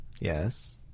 Yes